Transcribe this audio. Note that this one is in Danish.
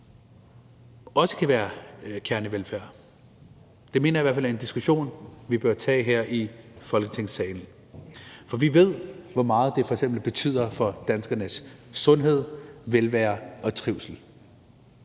også kan være kernevelfærd. Det mener jeg i hvert fald er en diskussion, vi bør tage her i Folketingssalen, for vi ved, hvor meget det f.eks. betyder for danskernes sundhed, velvære og trivsel.